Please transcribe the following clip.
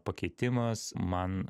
pakeitimas man